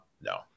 no